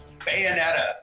Bayonetta